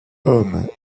hommes